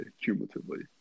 cumulatively